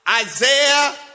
Isaiah